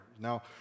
Now